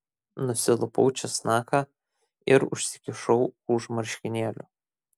nusilupau česnaką ir užsikišau už marškinėlių